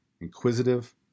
inquisitive